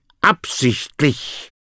absichtlich